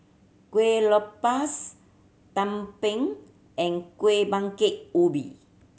Kueh Lopes tumpeng and Kueh Bingka Ubi